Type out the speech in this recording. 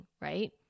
right